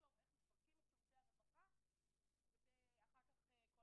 נחשוב איך מפרקים את שירותי הרווחה ואחר כך כל